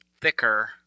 thicker